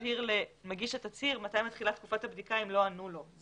למגיש התצהיר מתי מתחילה תקופת הבדיקה אם לא ענו לו.